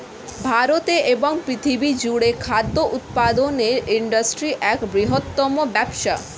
ভারতে এবং পৃথিবী জুড়ে খাদ্য উৎপাদনের ইন্ডাস্ট্রি এক বৃহত্তম ব্যবসা